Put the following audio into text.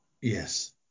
yes